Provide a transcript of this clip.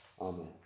Amen